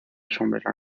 sombrero